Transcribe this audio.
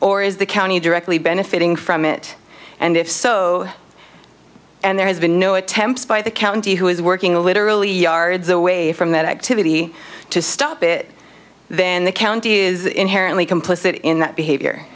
or is the county directly benefiting from it and if so and there has been no attempts by the county who is working literally yards away from that activity to stop it then the county is inherently complicit in that behavior